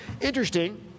Interesting